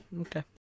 Okay